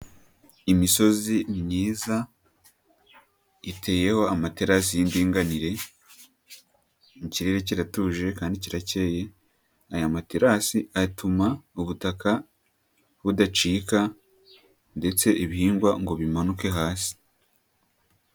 Imisozi myiza iteyeho amaterasi y'indinganire, ikirere kiratuje kandi kirakeye, aya materasi atuma ubutaka budacika ndetse ibihingwa ngo bimanuke hasi.